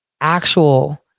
actual